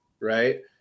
right